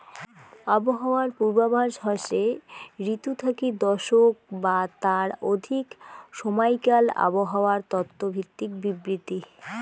আবহাওয়ার পূর্বাভাস হসে ঋতু থাকি দশক বা তার অধিক সমাইকাল আবহাওয়ার তত্ত্ব ভিত্তিক বিবৃতি